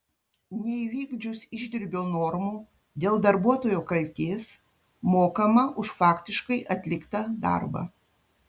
neįvykdžius išdirbio normų dėl darbuotojo kaltės mokama už faktiškai atliktą darbą